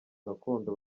gakondo